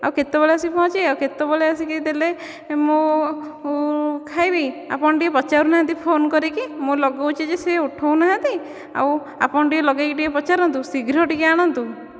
ଆଉ କେତେବେଳେ ଆସିକି ପହଞ୍ଚିବେ ଆଉ କେତେବେଳେ ଆସିକି ଦେଲେ ମୁଁ ଖାଇବି ଆପଣ ଟିକେ ପଚାରୁନାହାନ୍ତି ଫୋନ କରିକି ମୁଁ ଲଗଉଛି ଯେ ସେ ଉଠଉନାହାନ୍ତି ଆଉ ଆପଣ ଟିକେ ଲଗାଇକି ଟିକେ ପଚାରନ୍ତୁ ଶୀଘ୍ର ଟିକେ ଆଣନ୍ତୁ